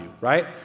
right